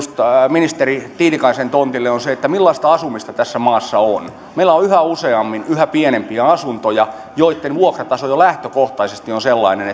ministeri tiilikaisen tontille on se millaista asumista tässä maassa on meillä on yhä useammin yhä pienempiä asuntoja joitten vuokrataso jo lähtökohtaisesti on sellainen